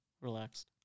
Relaxed